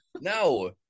No